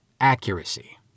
accuracy